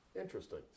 Interesting